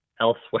elsewhere